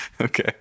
Okay